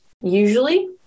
usually